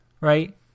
right